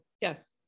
Yes